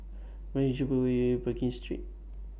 What IS The Cheap Way Pekin Street